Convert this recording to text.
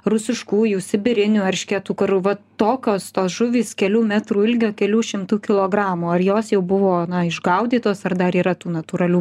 rusiškųjų sibirinių eršketų kur va tokios tos žuvys kelių metrų ilgio kelių šimtų kilogramų ar jos jau buvo na išgaudytos ar dar yra tų natūralių